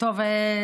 טוב,